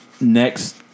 next